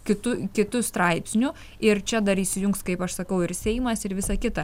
kitu kitu straipsniu ir čia dar įsijungs kaip aš sakau ir seimas ir visa kita